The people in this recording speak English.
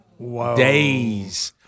Days